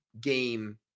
game